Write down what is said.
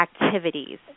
activities